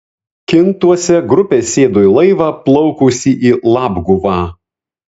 kintuose grupė sėdo į laivą plaukusį į labguvą